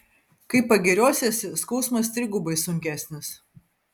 kai pagiriosiesi skausmas trigubai sunkesnis